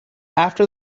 after